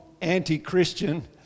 anti-Christian